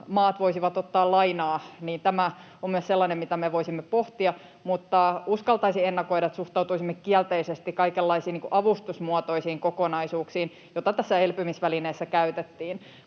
maat voisivat ottaa lainaa. Tämä on myös sellainen, mitä me voisimme pohtia, mutta uskaltaisin ennakoida, että suhtautuisimme kielteisesti kaikenlaisiin avustusmuotoisiin kokonaisuuksiin, joita tässä elpymisvälineessä käytettiin.